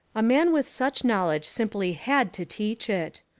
a man with such knowledge simply had to teach it.